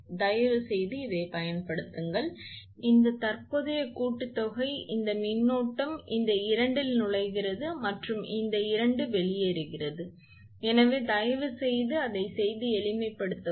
எனவே தயவுசெய்து இதைப் பயன்படுத்துங்கள் இந்த தற்போதைய கூட்டுத்தொகை இந்த மின்னோட்டம் இந்த இரண்டில் நுழைகிறது மற்றும் இந்த இரண்டு வெளியேறுகிறது எனவே தயவுசெய்து அதைச் செய்து எளிமைப்படுத்தவும்